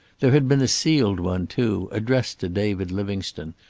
there had been a sealed one, too, addressed to david livingstone,